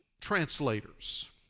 translators